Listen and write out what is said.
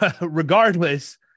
Regardless